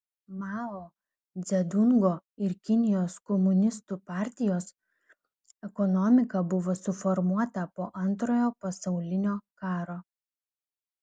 mao dzedungo ir kinijos komunistų partijos ekonomika buvo suformuota po antrojo pasaulinio karo